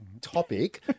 topic